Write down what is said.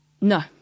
No